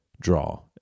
draw